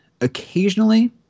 occasionally